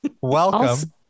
Welcome